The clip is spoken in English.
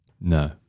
No